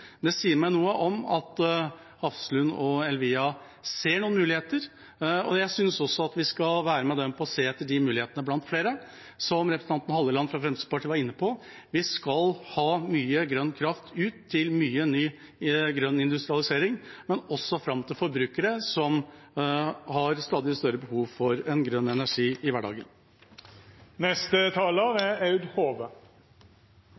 Det sier meg noe om at Hafslund og Eidsiva – Elvia – ser noen muligheter, og jeg synes også vi skal være med dem på å se etter de mulighetene blant flere. Som representanten Halleland var inne på: Vi skal ha mye grønn kraft ut til mye ny, grønn industrialisering, men også fram til forbrukere som har stadig større behov for grønn energi i hverdagen.